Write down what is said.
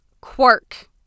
quirk